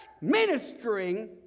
ministering